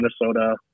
Minnesota